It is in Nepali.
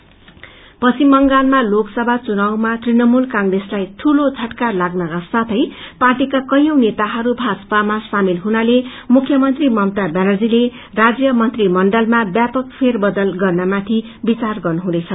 स्टेट केविनेट पश्चिम बंगालमा लोकसभा चुनावमाा तृणमूल कंप्रेसलाई दूलो झटका लाग्नका साथै पार्टीका कैयौं नेताहरू भाजपामा सामेल हुनाले मुख्यमंत्री ममता व्यानर्जीले राज्य मंत्रीमण्डलमा व्यापक फेर बदल गर्नमाथि विचार गर्नुहुँदैछ